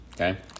Okay